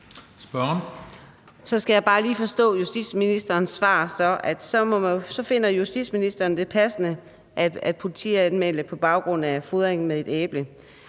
Så skal jeg bare lige forstå justitsministerens svar. Altså, justitsministeren finder det passende at politianmelde nogen på baggrund af fodring med et æble.